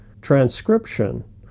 transcription